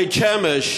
בבית-שמש,